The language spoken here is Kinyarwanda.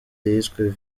yiswe